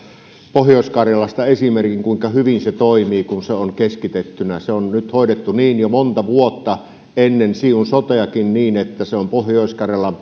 pohjois karjalasta esimerkin kuinka hyvin se toimii kun se on keskitettynä se on nyt hoidettu jo monta vuotta ennen siun soteakin niin että sen on pohjois karjalan